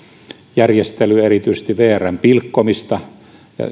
järjestelyä erityisesti vrn pilkkomista